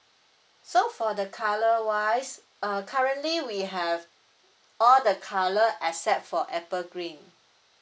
so for the colour wise uh currently we have all the colour except for apple green